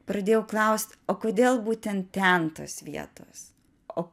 pradėjau klaust o kodėl būtent ten tos vietos o